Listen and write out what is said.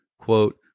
quote